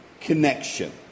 connection